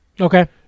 Okay